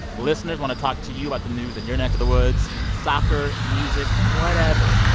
listeners, want to talk to you about the news in your neck of the woods soccer, music, whatever.